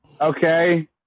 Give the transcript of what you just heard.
Okay